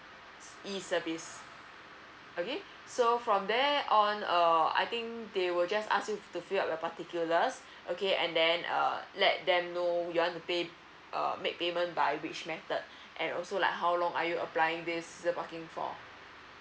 e service okay so from there on err I think they will just ask you to fill up your particulars okay and then uh let them know you want to pay uh make payment by which method and also like how long are you applying this seasonal parking for